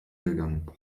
gegangen